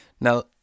Now